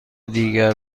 دیگر